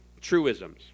truisms